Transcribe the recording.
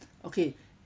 okay